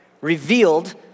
Revealed